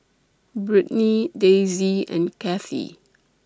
Brittny Daisey and Cathi